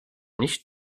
nicht